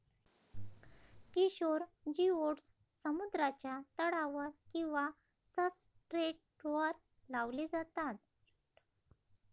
किशोर जिओड्स समुद्राच्या तळावर किंवा सब्सट्रेटवर लावले जातात